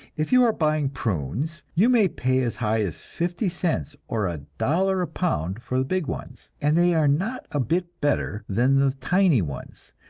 if you are buying prunes, you may pay as high as fifty cents or a dollar a pound for the big ones, and they are not a bit better than the tiny ones,